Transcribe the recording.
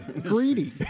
greedy